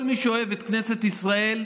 כל מי שאוהב את כנסת ישראל,